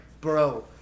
bro